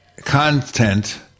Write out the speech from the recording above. content